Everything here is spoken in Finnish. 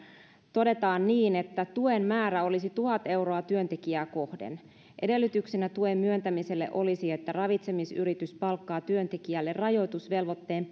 todetaan tuen määrä olisi tuhat euroa työntekijää kohden edellytyksenä tuen myöntämiselle olisi että ravitsemisyritys maksaa työntekijälle rajoitusvelvoitteen